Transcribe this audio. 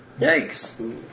Yikes